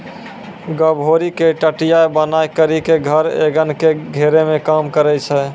गभोरी के टटया बनाय करी के धर एगन के घेरै मे काम करै छै